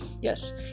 yes